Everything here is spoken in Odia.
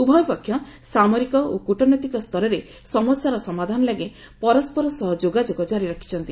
ଉଭୟ ପକ୍ଷ ସାମରିକ ଓ କ୍ରଟନୈତିକ ସ୍ତରରେ ସମସ୍ୟାର ସମାଧାନ ଲାଗି ପରସ୍କର ସହ ଯୋଗାଯୋଗ ଜାରି ରଖିଛନ୍ତି